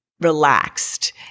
relaxed